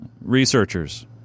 Researchers